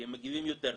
כי הם מגיבים יותר טוב,